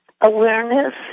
Awareness